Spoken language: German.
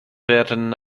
werden